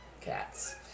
Cats